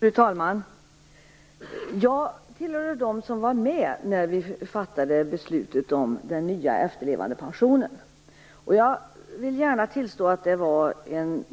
Fru talman! Jag tillhör dem som var med när beslutet om den nya efterlevandepensionen fattades. Jag vill gärna tillstå att det var en